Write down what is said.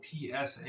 PSA